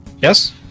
Yes